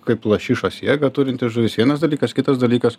kaip lašišos jėgą turinti žuvis vienas dalykas kitas dalykas